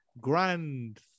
Grand